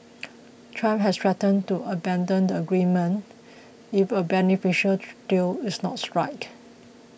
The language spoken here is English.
trump has threatened to abandon the agreement if a beneficial deal is not struck